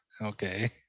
Okay